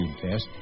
test